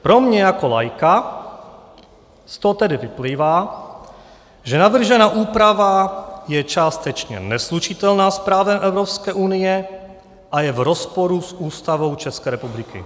Pro mě jako laika z toho tedy vyplývá, že navržená úprava je částečně neslučitelná s právem Evropské unie a je v rozporu s Ústavou České republiky.